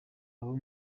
abo